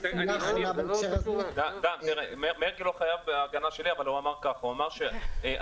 חבר הכנסת מרגי לא חייב בהגנה שלי אבל הוא אמר ככה: אנחנו